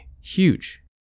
Huge